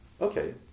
Okay